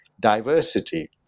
diversity